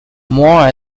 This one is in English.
more